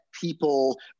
people